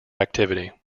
activity